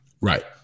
Right